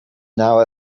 now